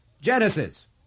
Genesis